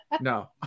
No